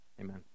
Amen